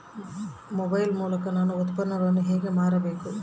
Mobile ಮೂಲಕ ನಾನು ಉತ್ಪನ್ನಗಳನ್ನು ಹೇಗೆ ಮಾರಬೇಕು?